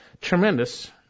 Tremendous